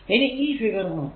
ഇനി ഈ ഫിഗർ നോക്കുക